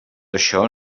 això